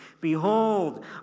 Behold